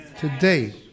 today